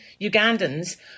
Ugandans